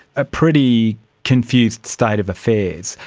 a pretty confused state of affairs.